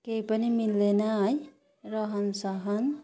केही पनि मिल्दैन है रहनसहन